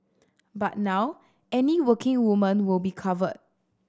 but now any working woman will be covered